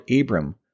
Abram